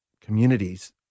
communities